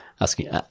asking